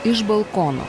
iš balkono